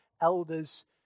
elders